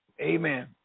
Amen